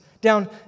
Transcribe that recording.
Down